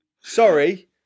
Sorry